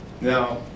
Now